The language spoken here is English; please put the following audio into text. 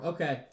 Okay